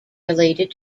related